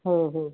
हो हो